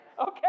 Okay